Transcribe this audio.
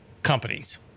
Companies